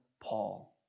Paul